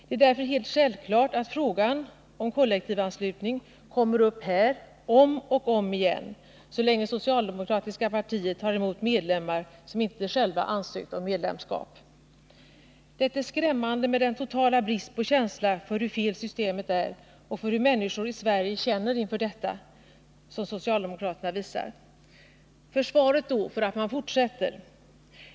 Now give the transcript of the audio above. Det är därför helt självklart att frågan om kollektivanslutning kommer upp här om och om igen så länge socialdemokratiska partiet tar emot medlemmar som inte själva ansökt om medlemskap. Det är en skrämmande och total brist på känsla för hur fel systemet är och för hur människor i Sverige känner inför detta som socialdemokraterna visar. Vilket är då försvaret för att man fortsätter?